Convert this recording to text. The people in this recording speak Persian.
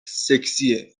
سکسیه